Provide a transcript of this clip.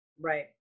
Right